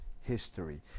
history